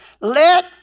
Let